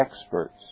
experts